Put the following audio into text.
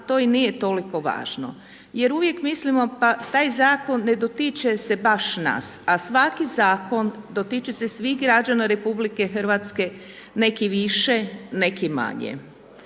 to i nije toliko važno jer uvijek mislimo pa taj zakon ne dotiče se baš nas, a svaki zakon dotiče se svih građana RH, neki više, neki manje.